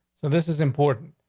so this is important.